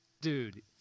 Dude